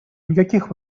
никаких